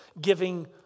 giving